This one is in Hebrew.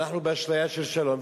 אנחנו באשליה של שלום,